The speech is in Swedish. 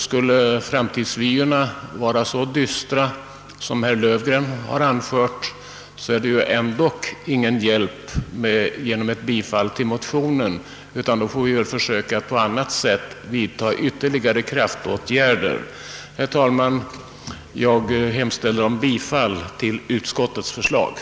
Skulle framtidsvyerna vara så dystra som herr Löfgren påstått hjälper det inte med att bifalla motionen, utan då får vi försöka att vidta ytterligare kraftåtgärder. Herr talman! Jag yrkar bifall till utskottets hemställan.